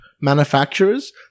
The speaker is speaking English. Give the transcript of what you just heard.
manufacturers